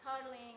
cuddling